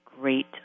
great